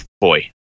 boy